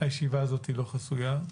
הישיבה הזאת לא חסויה.